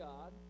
God